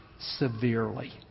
severely